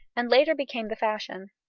and later became the fashion.